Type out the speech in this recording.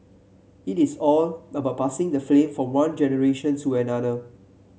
it is all about passing the flame from one generation to another